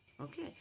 okay